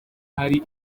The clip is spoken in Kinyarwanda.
hari